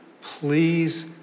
please